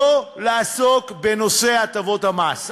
לא לעסוק בנושא הטבות המס.